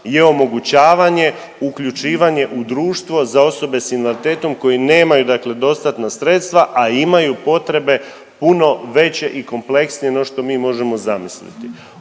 je omogućavanje uključivanje u društvo za osobe s invaliditetom koji nemaju dostatna sredstva, a imaju potrebe puno veće i kompleksnije no što mi možemo zamisliti.